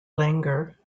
langer